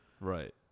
Right